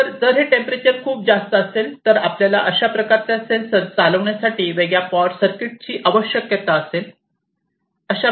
तर जर हे टेंपरेचर खूप जास्त असेल तर आपल्याला अशा प्रकारच्या सेन्सर चालविण्यासाठी वेगळ्या पॉवर सर्किटची आवश्यकता असेल